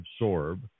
absorb